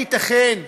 הייתכן?